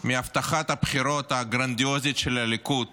מהבטחת הבחירות הגרנדיוזית של הליכוד